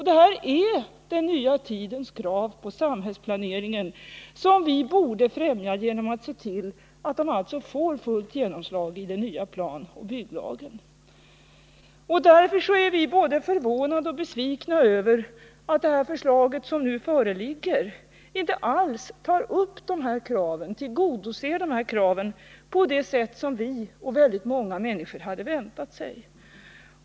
Det är den nya tidens krav på samhällsplaneringen, som vi borde främja genom att se till att de får fullt genomslag i den nya planoch bygglagen. Därför är vi både förvånade och besvikna över att det förslag som nu föreligger inte alls tar upp och tillgodoser de här kraven på det sätt som vi och väldigt många andra människor hade förväntat oss.